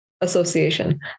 Association